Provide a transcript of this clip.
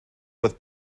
with